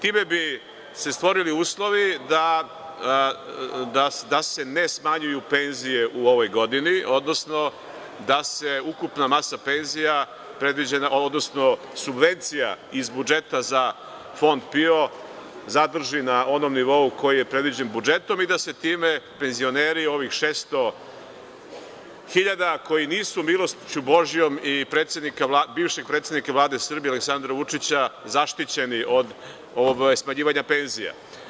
Time bi se stvorili uslovi da se ne smanjuju penzije u ovoj godini, odnosno da se ukupna masa penzija, odnosno subvencija iz budžeta za Fond PIO zadrži na onom nivou koji je predviđen budžetom i da se time penzioneri, ovih 600 hiljada koji nisu milošću Božijom i bivšeg predsednika Vlade Srbije, Aleksandra Vučića, zaštićeni od smanjivanja penzija.